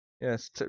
Yes